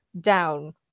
down